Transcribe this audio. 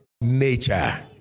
nature